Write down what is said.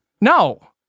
No